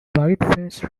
whiteface